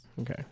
Okay